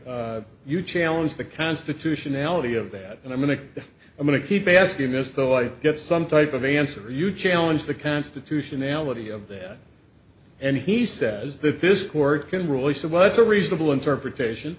you challenge the constitutionality of that and i'm going to i'm going to keep asking this though i get some type of answer you challenge the constitutionality of that and he says that this court can rule he said well that's a reasonable interpretation